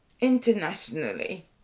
internationally